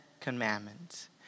Commandments